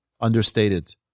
understated